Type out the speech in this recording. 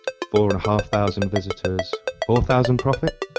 four and a half thousand visitors, four thousand profit.